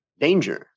Danger